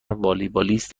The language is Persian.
والیبالیست